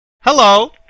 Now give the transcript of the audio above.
Hello